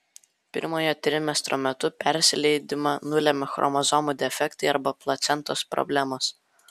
pirmojo trimestro metu persileidimą nulemia chromosomų defektai arba placentos problemos